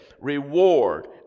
reward